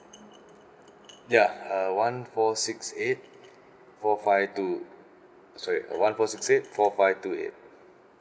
ya uh one four six eight four five two sorry uh one four six eight four five two eight